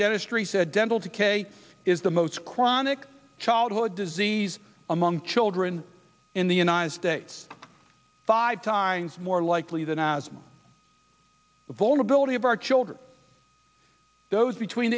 dentistry said dental decay is the most chronic childhood disease among children in the united states five times more likely than the vulnerability of our children those between